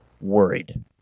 worried